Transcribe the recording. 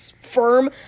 firm